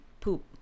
poop